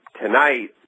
tonight